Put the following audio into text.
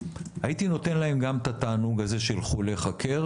הייתי נותן להם גם את התענוג הזה שילכו להיחקר,